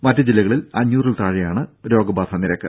മറ്റ് ജില്ലകളിൽ അഞ്ഞൂറിൽ താഴെയാണ് രോഗബാധാ നിരക്ക്